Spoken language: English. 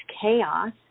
chaos